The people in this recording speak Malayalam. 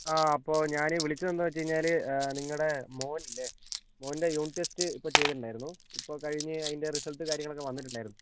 ആ അപ്പോൾ ഞാനീ വിളിച്ചത് എന്താന്ന് വെച്ചുകഴിഞ്ഞാൽ നിങ്ങളുടെ മോനില്ലേ മോൻ്റെ യൂണിറ്റ് ടെസ്റ്റ് ഇപ്പം ചെയ്തിട്ടുണ്ടായിരുന്നു ഇപ്പം കഴിഞ്ഞു അതിൻ്റെ റിസൾട്ട് കാര്യങ്ങളൊക്കെ വന്നിട്ടുണ്ടായിരുന്നു